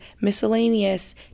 miscellaneous